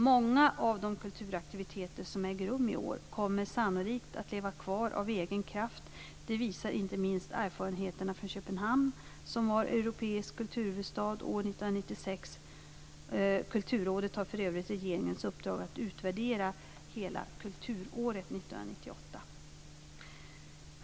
Många av de kulturaktiviteter som äger rum i år kommer sannolikt att leva kvar av egen kraft. Det visar inte minst erfarenheterna från Köpenhamn, som var europeisk kulturhuvudstad år 1996. Kulturrådet har för övrigt regeringens uppdrag att utvärdera hela Kulturåret 1998.